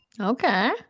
Okay